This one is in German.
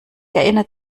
erinnert